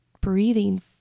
breathing